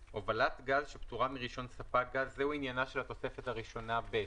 הובלת גז שפטורה מרישיון ספק גז זה עניינה של התוספת הראשונה ב',